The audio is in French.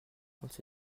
contre